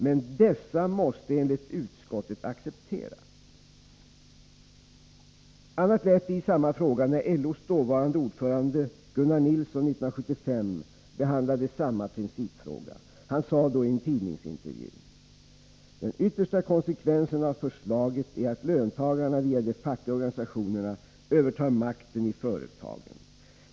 Men dessa måste enligt utskottet accepteras.” Annat lät det i samma fråga när LO:s dåvarande ordförande Gunnar Nilsson 1975 behandlade samma principfråga. Han sade då i en tidningsintervju: ”Den yttersta konsekvensen av förslaget är att löntagarfonderna via de fackliga organisationerna övertar makten i företagen.